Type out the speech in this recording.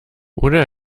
oder